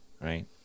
right